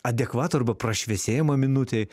adekvatų arba prašviesėjimą minutei